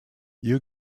you